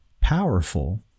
powerful